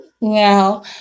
Now